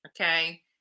Okay